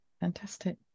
fantastic